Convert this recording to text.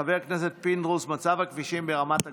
חבר הכנסת פינדרוס: מצב הכבישים ברמת הגולן.